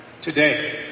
today